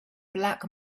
black